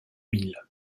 mille